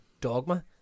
Dogma